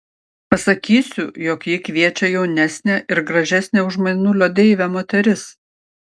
pasakysiu jog jį kviečia jaunesnė ir gražesnė už mėnulio deivę moteris